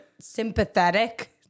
sympathetic